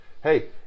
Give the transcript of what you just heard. Hey